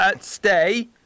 stay